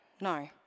No